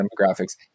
demographics